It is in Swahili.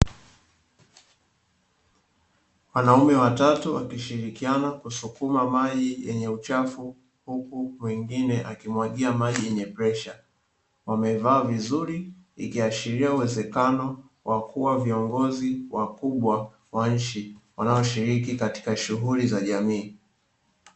Wanaume watatu wakishirikiana kusukuma maji yenye uchafu, huku wengine wakimwagia maji yenye presha, wamevaa vizuri ikiashiria uwezekano wa kuwa viongozi wakubwa wa nchi, wanaoshiriki katika shughuli za jamii.